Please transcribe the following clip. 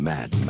Mad